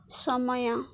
ସମୟ